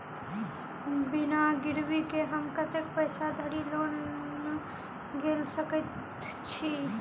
बिना गिरबी केँ हम कतेक पैसा धरि लोन गेल सकैत छी?